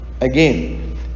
Again